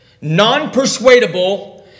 non-persuadable